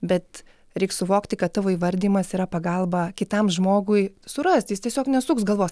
bet reik suvokti kad tavo įvardijimas yra pagalba kitam žmogui surasti jis tiesiog nesuks galvos